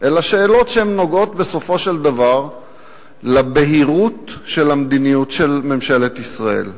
אלא שאלות שנוגעות בסופו של דבר לבהירות של המדיניות של ממשלת ישראל.